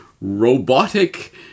robotic